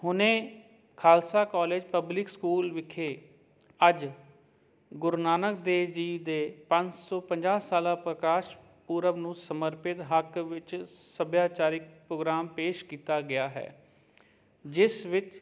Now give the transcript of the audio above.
ਹੁਣੇ Khalsa college public school ਵਿਖੇ ਅੱਜ ਗੁਰੂ ਨਾਨਕ ਦੇਵ ਜੀ ਦੇ ਪੰਜ ਸੌ ਪੰਜਾਹ ਸਾਲਾ ਪ੍ਰਕਾਸ਼ ਪੂਰਬ ਨੂੰ ਸਮਰਪਿਤ ਹੱਕ ਵਿੱਚ ਸੱਭਿਆਚਾਰਿਕ ਪ੍ਰੋਗਰਾਮ ਪੇਸ਼ ਕੀਤਾ ਗਿਆ ਹੈ ਜਿਸ ਵਿੱਚ